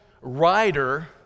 rider